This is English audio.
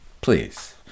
please